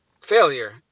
failure